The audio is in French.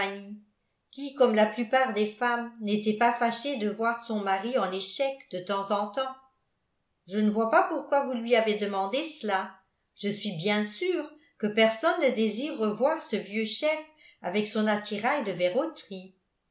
qui comme la plupart des femmes n'était pas fâchée de voir son mari en échec de temps en temps je ne vois pas pourquoi vous lui avez demandé cela je suis bien sûre que personne ne désire revoir ce vieux chef avec son attirail de verroterie